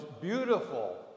beautiful